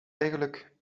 eigenlijk